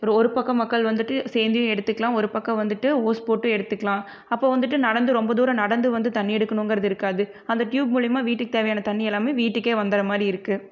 ஒரு ஒரு பக்கம் மக்கள் வந்துட்டு சேந்தும் எடுத்துக்கலாம் ஒரு பக்கம் வந்துட்டு ஓஸ் போட்டும் எடுத்துக்கலாம் அப்போது வந்துட்டு நடந்து ரொம்ப தூரம் நடந்து வந்து தண்ணி எடுக்கணும்ங்குறது இருக்காது அந்த டியூப் மூலிமா வீட்டுக்குத் தேவையான தண்ணி எல்லாமே வீட்டுக்கே வந்துடுர மாதிரி இருக்குது